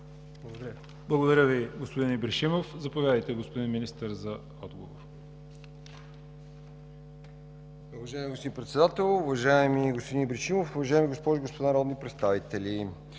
Благодаря Ви, господин Ибришимов. Заповядайте, господин Министър, за отговор.